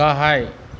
गाहाय